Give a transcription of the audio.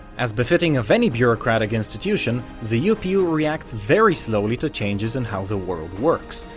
as befitting of any bureaucratic institution, the upu reacts very slowly to changes in how the world works,